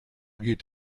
geht